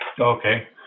Okay